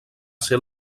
ser